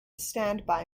standby